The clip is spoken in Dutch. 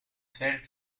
ver